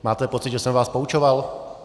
Máte pocit, že jsem vás poučoval?